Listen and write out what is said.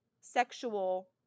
sexual